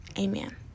Amen